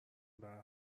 بحرحال